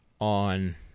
on